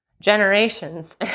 generations